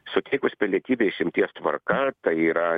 suteikus pilietybę išimties tvarka tai yra